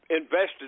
invested